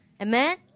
Amen